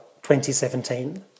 2017